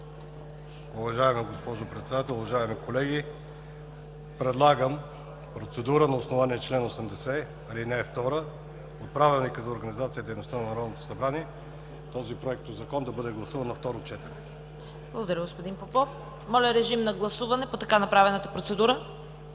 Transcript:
Благодаря, господин Попов. Моля да гласуваме така направената процедура.